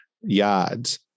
yards